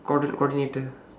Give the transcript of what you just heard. coordi~ coordinator